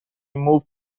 moved